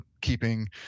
keeping